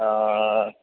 અઅઅ